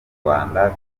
rwanda